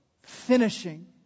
Finishing